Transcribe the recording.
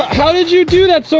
how did you do that so